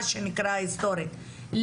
מה שנקרא היסטורית,